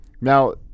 Now